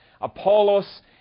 Apollos